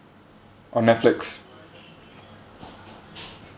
on netflix